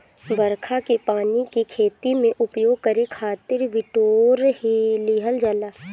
बरखा के पानी के खेती में उपयोग करे खातिर बिटोर लिहल जाला